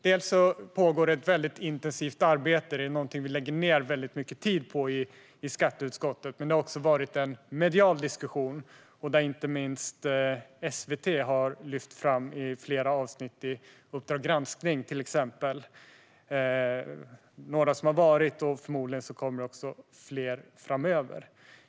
Bland annat pågår ett intensivt arbete. Det är något vi lägger ned mycket tid på i skatteutskottet. Det har också varit en medial diskussion, där inte minst SVT har lyft fram frågan i flera avsnitt i Uppdrag granskning . Det har varit några avsnitt, och det kommer förmodligen fler avsnitt framöver.